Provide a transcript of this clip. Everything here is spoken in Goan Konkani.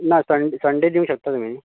ना संन्ड संन्डे दिवंक शकता तुमी